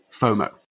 FOMO